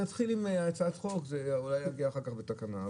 תתחיל עם הצעת חוק, אולי יגיע אחר כך בתקנה.